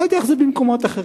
לא יודע איך זה במקומות אחרים,